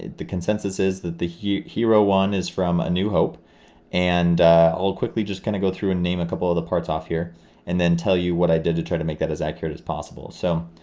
the consensus is that the hero hero one is from a new hope and i will quickly just kind of go through and name a couple of the parts off here and then tell you what i did to try to make this as accurate as possible. so,